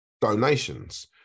donations